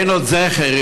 עוד אין זכר,